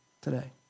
today